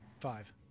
Five